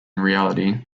reality